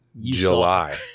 july